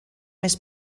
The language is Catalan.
més